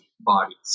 bodies